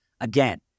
Again